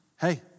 hey